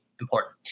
important